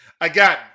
Again